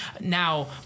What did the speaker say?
now